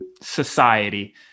society